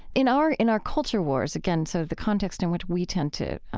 in our in our culture wars, again, so the context in which we tend to